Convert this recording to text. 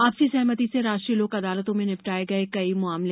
आपसी सहमति से राष्ट्रीय लोक अदालतों में निपटाये गये कई मामले